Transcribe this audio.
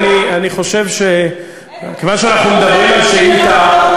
אני חושב שכיוון שאנחנו מדברים על שאילתה,